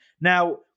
Now